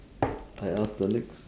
I ask the next